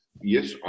yes